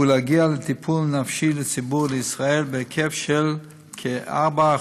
הוא להגיע לטיפול נפשי לציבור בישראל בהיקף של כ-4%